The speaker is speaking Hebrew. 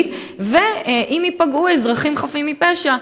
ואם ייפגעו אזרחים חפים מפשע,